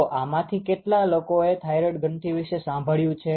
તો આમાંથી કેટલા લોકો એ થાઈરોઈડ ગ્રંથી વિશે સાંભળ્યું છે